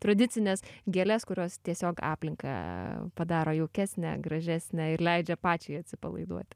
tradicines gėles kurios tiesiog aplinką padaro jaukesnę gražesnę ir leidžia pačiai atsipalaiduoti